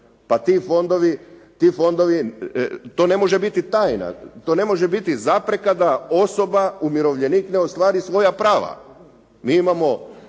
Pa ti fondovi, to ne može biti tajna. To ne može biti zapreka da osoba, umirovljenik, da ostvari svoja prava. Mi imamo